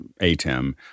ATEM